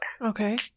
Okay